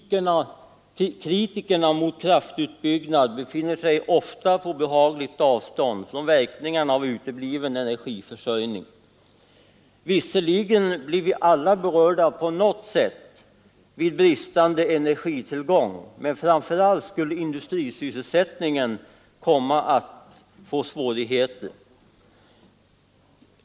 Kritikerna mot kraftutbyggnad befinner sig ofta på ett behagligt avstånd från verkningarna av utebliven energiförsörjning. Visserligen blir vi alla berörda på något sätt vid bristande energitillgång, men framför allt skulle industrisysselsättningen komma att få svårigheter.